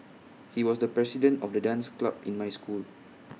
he was the president of the dance club in my school